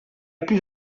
plus